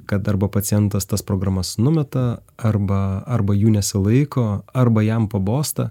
kad arba pacientas tas programas numeta arba arba jų nesilaiko arba jam pabosta